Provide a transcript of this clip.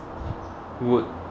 would